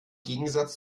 gegensatz